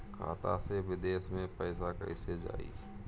खाता से विदेश मे पैसा कईसे जाई?